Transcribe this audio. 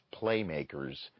playmakers